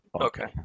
Okay